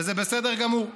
וזה בסדר גמור,